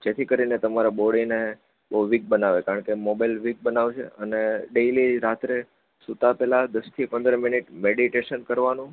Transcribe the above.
જેથી કરીને તમારા બોડી ને બહુ વિક બનાવે છે કારણકે મોબાઈલ વીક બનાવે છે અને ડેઇલી રાત્રે સુતા પહેલાં દસથી પંદર મિનિટ મેડિટેશન કરવાનું